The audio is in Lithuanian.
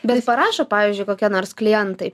bet parašo pavyzdžiui kokie nors klientai